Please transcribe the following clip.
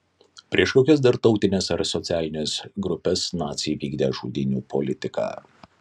prieš kokias dar tautines ar socialines grupes naciai vykdė žudynių politiką